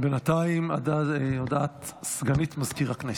בינתיים, הודעת סגנית מזכיר הכנסת.